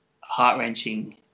heart-wrenching